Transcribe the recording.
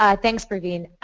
ah thanks praveen.